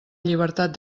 llibertat